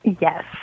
Yes